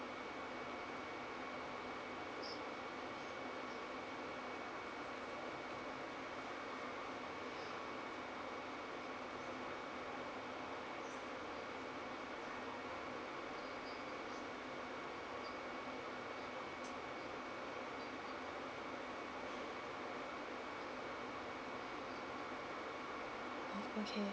mm okay